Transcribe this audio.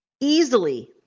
easily